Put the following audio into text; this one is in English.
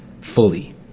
fully